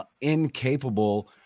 incapable